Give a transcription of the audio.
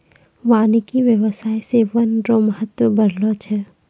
वानिकी व्याबसाय से वन रो महत्व बढ़लो छै